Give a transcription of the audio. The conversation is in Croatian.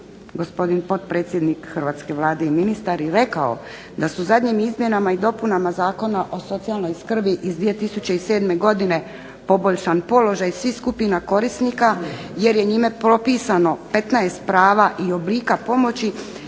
gospodin potpredsjednik hrvatske Vlade i ministar i rekao da su zadnjim izmjenama i dopunama Zakona o socijalnoj skrbi iz 2007. godine poboljšan položaj svih skupina korisnika jer je njime propisano 15 prava i oblika pomoći